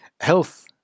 Health